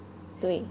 对